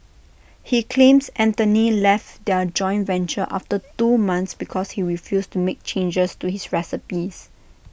he claims Anthony left their joint venture after two months because he refused to make changes to his recipes